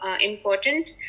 important